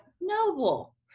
noble